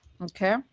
okay